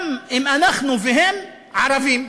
גם אם אנחנו ו"הם" ערבים.